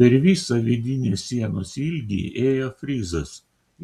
per visą vidinės sienos ilgį ėjo frizas